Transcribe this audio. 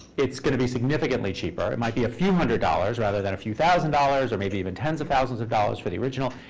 it's going to be significantly cheaper. it might be a few hundred dollars rather than a few thousand dollars or maybe even tens of thousands of dollars for the original.